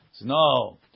No